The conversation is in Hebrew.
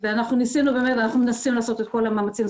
אנחנו מנסים לעשות את כל המאמצים.